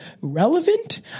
Relevant